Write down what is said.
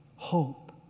Hope